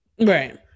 Right